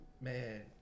man